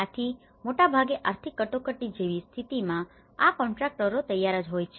આથી મોટાભાગે આર્થિક કટોકટી જેવી સ્થિતિમાં આ કોન્ટ્રાકટરો તૈયાર જ હોય છે